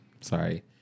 Sorry